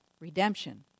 redemption